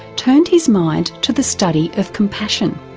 turned his mind to the study of compassion.